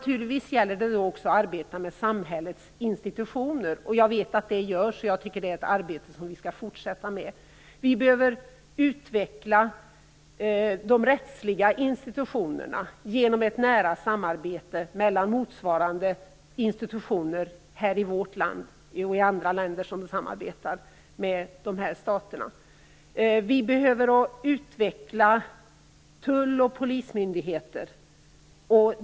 Naturligtvis gäller det då också att arbeta med samhällets institutioner. Jag vet att det görs, och jag tycker att det är ett arbete som vi skall fortsätta med. Vi behöver utveckla de rättsliga institutionerna genom ett nära samarbete mellan motsvarande institutioner här i vårt land och i andra länder som samarbetar med dessa stater. Vi behöver utveckla tull och polismyndigheter.